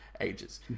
ages